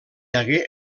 hagué